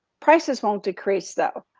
prices won't decrease, though,